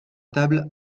table